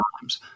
times